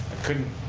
couldn't